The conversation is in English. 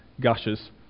gushes